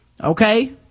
Okay